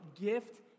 gift